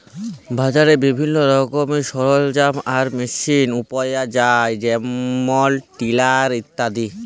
বাজারে বিভিল্ল্য রকমের সরলজাম আর মেসিল পাউয়া যায় যেমল টিলার ইত্যাদি